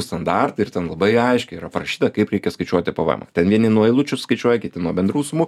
standartai ir ten labai aiškiai yra prašyta kaip reikia skaičiuoti pvemą ten vieni nuo eilučių skaičiuoja kiti nuo bendrų sumų